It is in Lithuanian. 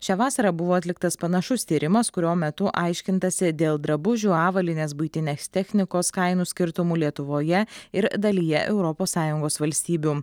šią vasarą buvo atliktas panašus tyrimas kurio metu aiškintasi dėl drabužių avalynės buitinės technikos kainų skirtumų lietuvoje ir dalyje europos sąjungos valstybių